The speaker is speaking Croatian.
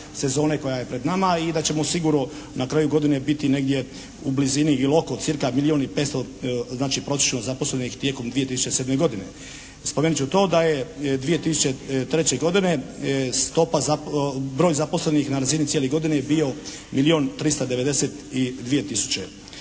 sezone koja je pred nama i da ćemo sigurno na kraju godine biti u blizini ili oko cca milijun i 500 prosječno zaposlenih tijekom 2007. godine. Spomenuti ću to da je 2003. godine broj zaposlenih na razini cijele godine bio milijun